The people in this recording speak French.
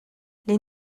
les